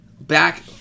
back